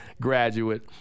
graduate